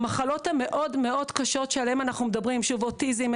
במחלות המאוד קשות שעליהן אנחנו מדברים אוטיזם,